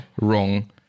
wrong